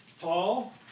Paul